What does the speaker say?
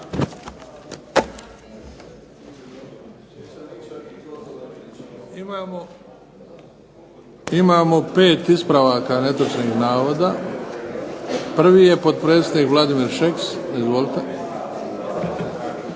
Imamo pet ispravaka netočnih navoda. Prvi je potpredsjednik Vladimir Šeks. Izvolite.